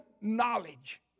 knowledge